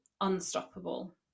unstoppable